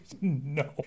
No